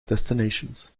destinations